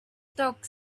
dog